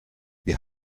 wie